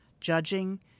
judging